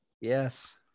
Yes